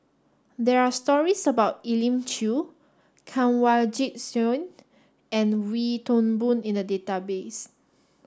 there are stories about Elim Chew Kanwaljit Soin and Wee Toon Boon in the database